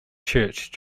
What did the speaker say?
church